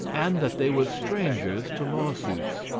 and that they were strangers to lawsuits.